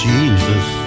Jesus